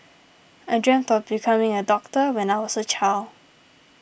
I dreamt of becoming a doctor when I was a child